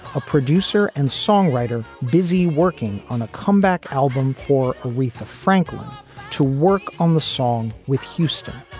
a producer and songwriter busy working on a comeback album for aretha franklin to work on the song with houston.